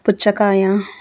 పుచ్చకాయ